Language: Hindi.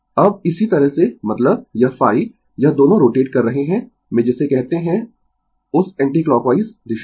अब इसी तरह से मतलब यह ϕ यह दोनों रोटेट कर रहे है में जिसे कहते है उस एंटीक्लॉकवाइज दिशा में